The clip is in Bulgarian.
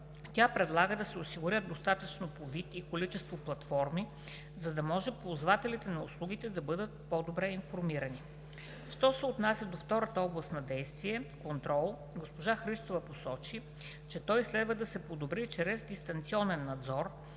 тя предлага да се осигурят достатъчни по вид и количество платформи, за да може ползвателите на услугите да бъдат по-добре информирани. Що се отнася до втората област на действие – контрол, госпожа Христова посочи, че той следва да се подобри чрез дистанционен надзор,